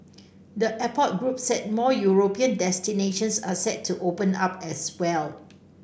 the airport group said more European destinations are set to open up as well